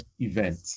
event